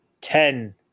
ten